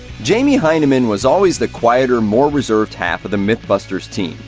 jamie hyneman was always the quieter, more reserved half of the mythbusters team,